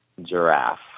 giraffe